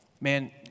man